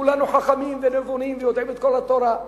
וכולנו חכמים ונבונים ויודעים את כל התורה.